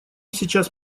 сейчас